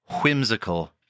whimsical